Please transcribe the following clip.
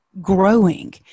growing